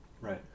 Right